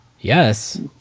Yes